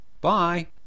Bye